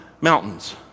Mountains